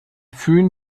föhn